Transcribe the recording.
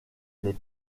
les